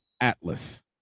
Atlas